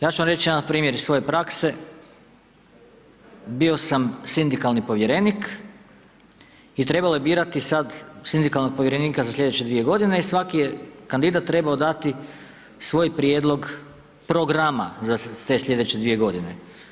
Ja ću vam reći jedan primjer iz svoje prakse, bio sam sindikalni povjerenik i trebalo je birati sad sindikalnog povjerenika za slijedeće dvije godine i svaki je kandidat trebao dati svoj prijedlog programa za te slijedeće dvije godine.